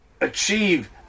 achieve